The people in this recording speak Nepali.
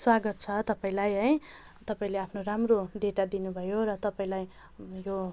स्वागत छ तपाईँलाई है तपाईँले आफ्नो राम्रो डेटा दिनुभयो र तपाईँलाई मेरो